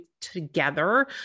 together